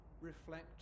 reflect